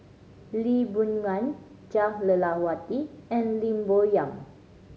Lee Boon Ngan Jah Lelawati and Lim Bo Yam